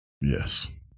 Yes